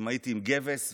אם הייתי עם גבס,